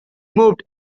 moved